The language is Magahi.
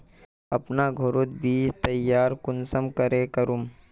अपना घोरोत बीज तैयार कुंसम करे करूम?